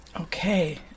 Okay